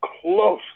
close